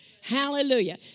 Hallelujah